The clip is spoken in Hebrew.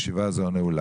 ישיבה זו נעולה.